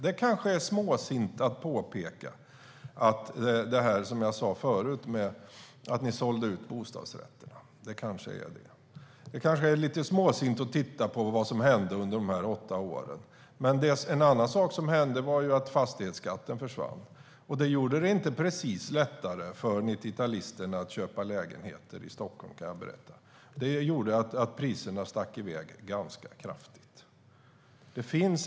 Det kanske är småsint att som jag gjorde förut påpeka att ni sålde ut bostadsrätterna. Det kanske är lite småsint att titta på vad som hände under de åtta åren. En annan sak som hände var att fastighetsskatten försvann. Det gjorde det inte precis lättare för 90-talisterna att köpa lägenheter i Stockholm, kan jag berätta, utan det gjorde att priserna stack iväg ganska kraftigt.